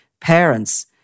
parents